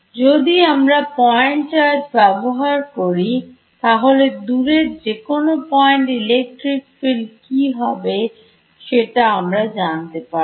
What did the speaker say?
যদি আমরা point charge ব্যবহার করি তাহলে দূরের যে কোন পয়েন্টে ইলেকট্রিক ফিল্ড কি হবে সেটাCoulomb's Law থেকে আমরা জানতে পারব